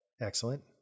Excellent